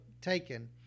taken